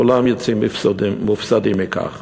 כולם יוצאים מופסדים מכך,